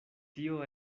tio